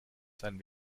sein